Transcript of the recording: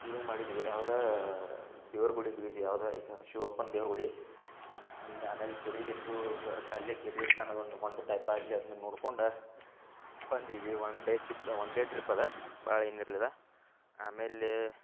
ಇದೇನು ಮಾಡಿದಿವಿ ಯಾವ್ದಾ ದೇವ್ರ ಗುಡಿಗೆ ಹೋಗಿದ್ವಿ ಯಾವ್ದಾ ಇದು ಶಿವಪ್ಪನ ದೇವ್ರ ಗುಡಿ ಅಲ್ಲಿ ಆಮೇಲೆ ಕೆರಿಗೆತ್ತೂ ಅಲ್ಲೇ ಕೆರಿಗೆತ್ತು ಸಣ್ದ ಒಂದು ಹೊಂಡ ಟೈಪಾಗೈತಿ ಅದನ್ನ ನೋಡ್ಕೊಂಡು ಬಂದೀವಿ one day tip one day trip ಅದ ಭಾಳ ಏನಿರಲಿಲ್ಲ ಆಮೇಲೆ